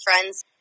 friends